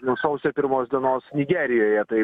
nuo sausio pirmos dienos nigerijoje tai